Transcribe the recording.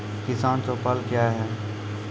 किसान चौपाल क्या हैं?